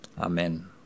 Amen